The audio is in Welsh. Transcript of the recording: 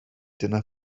dyna